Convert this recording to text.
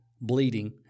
bleeding